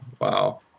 wow